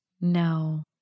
No